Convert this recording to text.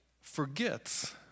Forgets